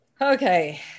Okay